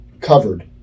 Covered